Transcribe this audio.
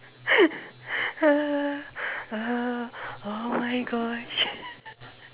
uh uh oh gosh